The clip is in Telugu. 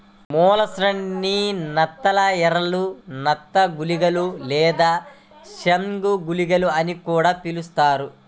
మొలస్సైడ్స్ ని నత్త ఎరలు, నత్త గుళికలు లేదా స్లగ్ గుళికలు అని కూడా పిలుస్తారు